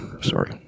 Sorry